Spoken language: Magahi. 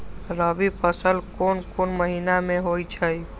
रबी फसल कोंन कोंन महिना में होइ छइ?